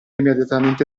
immediatamente